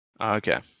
Okay